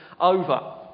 over